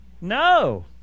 No